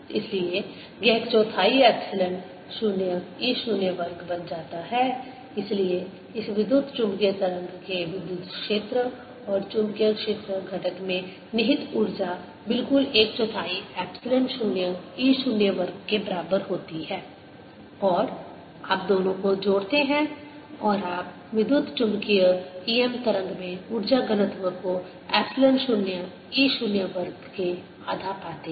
इसलिए यह एक चौथाई एप्सिलॉन 0 e 0 वर्ग बन जाता है इसलिए इस विद्युत चुम्बकीय तरंग के विद्युत् क्षेत्र और चुंबकीय क्षेत्र घटक में निहित ऊर्जा बिल्कुल एक चौथाई एप्सिलॉन 0 e 0 वर्ग के बराबर होती है और आप दोनों को जोड़ते हैं और आप विद्युत चुम्बकीय em तरंग में ऊर्जा घनत्व को एप्सिलॉन 0 e 0 वर्ग के आधा पाते हैं